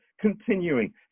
continuing